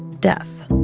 death.